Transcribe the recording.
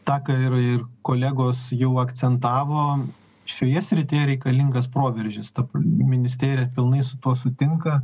tą ką ir ir kolegos jau akcentavo šioje srityje reikalingas proveržis tarp ministerija pilnai su tuo sutinka